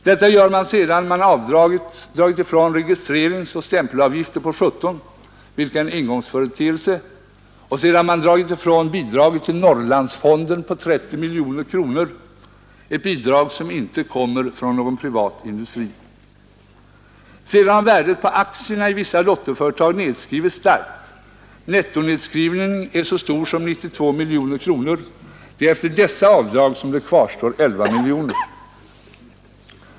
Detta gör man sedan man dragit ifrån registreringsoch stämpelavgifter på 17 miljoner kronor, vilket är en engångsföreteelse, och sedan man dragit ifrån bidraget till Norrlandsfonden på 30 miljoner kronor. Ett sådant bidrag kommer inte från någon privat industri. Sedan har värdet på aktierna i vissa dotterföretag nedskrivits starkt. Nettonedskrivningen är så stor som 92 miljoner kronor. Det är efter dessa avdrag som det kvarstår 11 miljoner kronor.